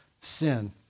sin